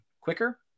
quicker